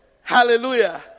Hallelujah